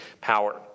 power